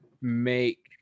make